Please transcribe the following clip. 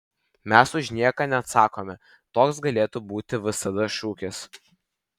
mes už nieką neatsakome toks galėtų būti vsd šūkis